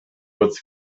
would